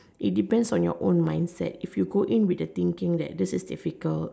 it depends on you own mindset if you go in with the thinking that this is difficult